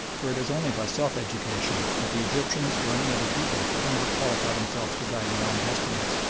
for it is only by self-education that the egyptians or any other people can ever qualify themselves to guide their own destinies.